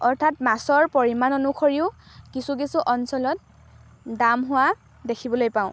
অৰ্থাৎ মাছৰ পৰিমাণ অনুসৰিও কিছু কিছু অঞ্চলত দাম হোৱা দেখিবলৈ পাওঁ